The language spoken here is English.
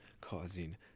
causing